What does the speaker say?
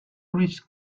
reached